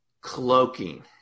cloaking